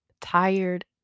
Tired